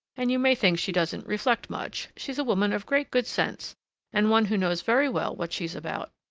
and you may think she doesn't reflect much, she's a woman of great good sense and one who knows very well what she's about.